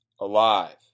alive